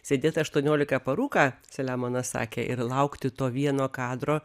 sėdėt aštuoniolika parų ką selemonas sakė ir laukti to vieno kadro